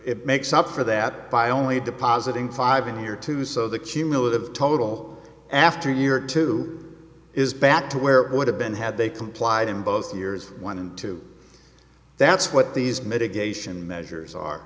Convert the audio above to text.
it makes up for that by only depositing five in your two so the cumulative total after year two is back to where it would have been had they complied in both years one and two that's what these mitigation measures are